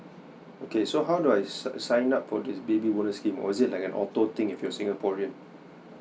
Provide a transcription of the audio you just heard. okay so how do I sign sign up for this baby bonus scheme or is it like an auto thing if you're singaporean